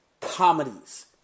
comedies